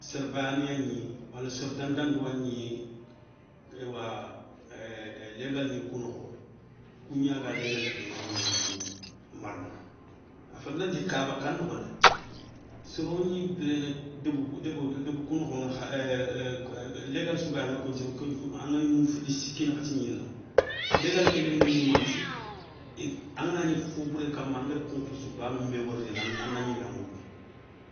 Séré bané yagni wala soro dantanto yagni, éywa légalni kou nokho kou gnaga légalké léminé nthiou marna aféti nanti ka ba ka nokho ndé sorro gni biréné, débou kou nokhoŋ, légal sou gayé aŋa yimou fili siki nakhati gnini noŋa. Légalé ké léminé mouma nthiou i anganagni fo bouré kama angada kou nkhirsou banounbé wori rini a na gnima mourounou,